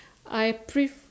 I prefer